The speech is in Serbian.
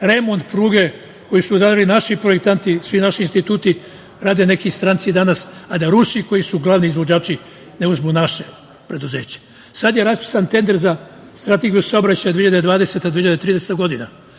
remont pruge koji su radili naši projektanti, svi naši instituti, rade neki stranci danas, a da Rusi koji su glavni izvođači, ne uzmu naša preduzeća. Sada je raspisan tender za strategiju saobraćaja 2020/30 godina.